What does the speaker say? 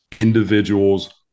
individuals